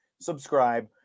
subscribe